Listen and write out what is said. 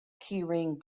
keyring